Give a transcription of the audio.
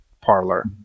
parlor